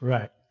Right